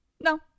No